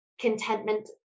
contentment